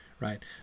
right